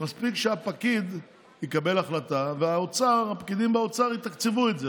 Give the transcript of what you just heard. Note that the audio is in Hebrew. מספיק שהפקיד יקבל החלטה והפקידים באוצר יתקצבו את זה,